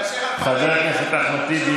חבר הכנסת אחמד טיבי,